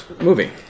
movie